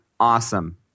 awesome